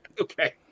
Okay